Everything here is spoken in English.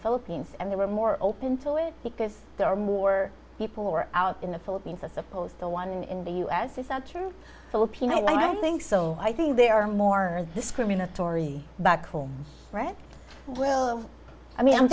philippines and they were more open to it because there are more people who are out in the philippines i suppose the one in the u s is that true filipino i think so i think they are more discriminatory back home right well i mean i'm